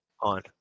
on